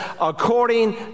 according